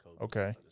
Okay